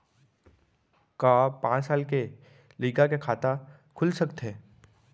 का पाँच साल के लइका के खाता खुल सकथे?